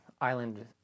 island